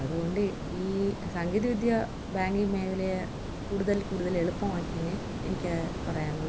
അതുകൊണ്ട് ഈ സാങ്കേതികവിദ്യ ബാങ്കിംഗ് മേഖലയെ കൂടുതൽ കൂടുതൽ എളുപ്പമാക്കി എന്നേ എനിക്ക് പറയാനുള്ളൂ